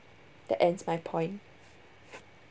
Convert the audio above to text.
that ends my point